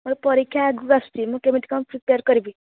ମୋର ପରୀକ୍ଷା ଆଗକୁ ଆସୁଛି ମୁଁ କେମିତି କ'ଣ ପ୍ରିପେୟାର୍ କରିବି